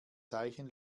zeichen